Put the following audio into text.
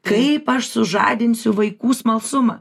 kaip aš sužadinsiu vaikų smalsumą